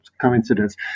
coincidence